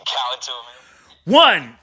one